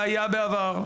שהיה בעבר.